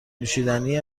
نوشیدنی